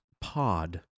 pod